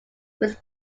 was